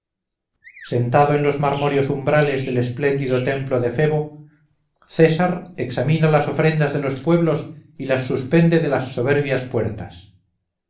sentado en los marmóreos umbrales del espléndido templo de febo césar examina las ofrendas de los pueblos y las suspende de las soberbias puertas